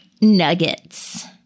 Nuggets